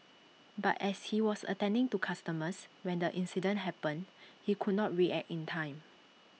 but as he was attending to customers when the incident happened he could not react in time